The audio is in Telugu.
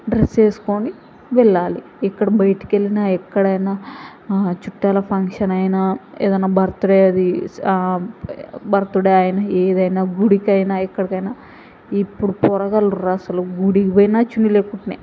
డ్రెస్ వేసుకొని వెళ్ళాలి ఎక్కడ బయటకి వెళ్ళినా ఎక్కడైనా చుట్టాల ఫంక్షన్ అయినా ఏదైనా బర్త్డే అది బర్త్డే అయినా ఏదైనా గుడికైనా ఎక్కడికైనా ఇప్పుడు పోరగాల్లుండ్రు అసలు గుడికి పోయినా చున్నీ లేకుండానే